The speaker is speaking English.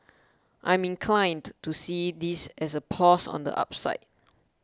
I'm inclined to see this as a pause on the upside